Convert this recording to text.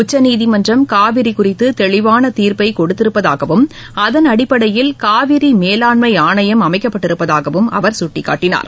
உச்சநீதிமன்றம் காவிரி குறித்து தெளிவான தீர்ப்பை கொடுத்திருப்பதாகவும் அதன் அடிப்படையில் காவிரி மேலாண்மை ஆணையம் அமைக்கப்பட்டிருப்பதாகவும் அவர் சுட்டிக்காட்டினார்